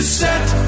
set